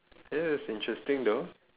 it is interesting though